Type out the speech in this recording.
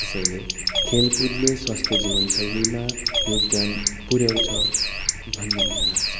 त्यसैले खेलकुदले स्वस्थ्य जीवनशैलीमा योगदान पुऱ्याउँछ भन्ने मलाई लाग्छ